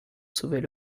sauver